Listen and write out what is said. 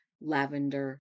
lavender